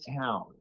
town